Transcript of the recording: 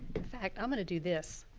in fact, i'm gonna do this.